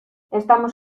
estamos